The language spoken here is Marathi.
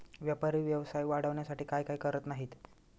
व्यापारी व्यवसाय वाढवण्यासाठी काय काय करत नाहीत